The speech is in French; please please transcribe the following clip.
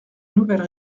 nouvelle